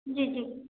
जी जी